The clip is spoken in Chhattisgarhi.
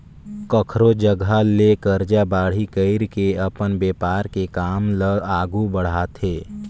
कखरो जघा ले करजा बाड़ही कइर के अपन बेपार के काम ल आघु बड़हाथे